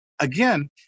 again